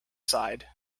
sighed